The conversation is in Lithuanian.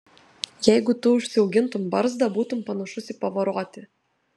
jeigu tu užsiaugintum barzdą būtum panašus į pavarotį